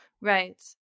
Right